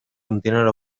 continent